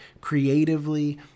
creatively